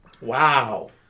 Wow